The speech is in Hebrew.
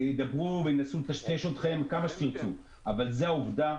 ידברו וינסו לטשטש אתכם כמה שתרצו, אבל זו העובדה.